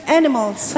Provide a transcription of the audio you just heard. animals